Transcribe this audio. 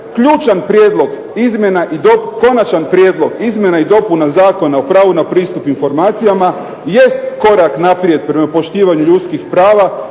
konačan prijedlog izmjena i dopuna Zakona o pravu na pristup informacijama jest korak naprijed prema poštivanju ljudskih prava